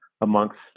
amongst